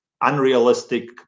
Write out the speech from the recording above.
unrealistic